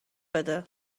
بده